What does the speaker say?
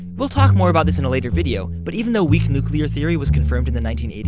we'll talk more about this in a later video, but even though weak nuclear theory was confirmed in the nineteen eighty